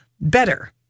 better